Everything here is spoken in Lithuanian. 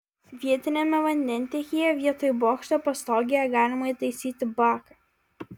vietiniame vandentiekyje vietoj bokšto pastogėje galima įtaisyti baką